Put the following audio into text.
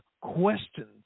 questions